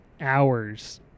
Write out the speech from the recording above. hours